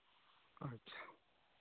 ᱟᱪᱪᱷᱟ